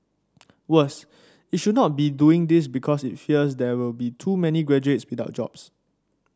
worse it should not be doing this because it fears there will be too many graduates without jobs